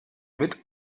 mit